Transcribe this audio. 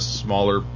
smaller